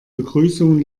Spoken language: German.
begrüßung